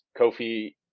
Kofi